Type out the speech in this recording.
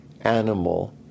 animal